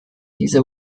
diese